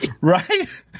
Right